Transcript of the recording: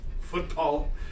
football